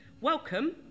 welcome